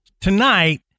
tonight